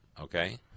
okay